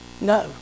no